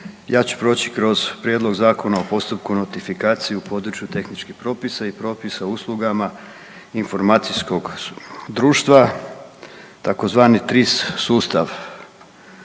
ja ću proći kroz prijedlog Zakona o postupku notifikacije u području tehničkih propisa i propisa uslugama informacijskog društva tzv. TRIS sustav.